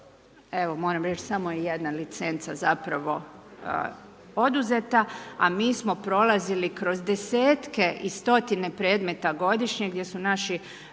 evo moram reći samo je jedna licenca zapravo poduzeta, a mi smo prolazili kroz 10-tka i stotine premeta godišnje, gdje su naši